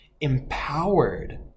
empowered